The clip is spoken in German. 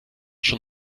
schon